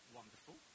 wonderful